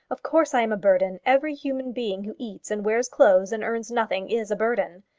of course i am a burden. every human being who eats and wears clothes and earns nothing is a burden.